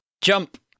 jump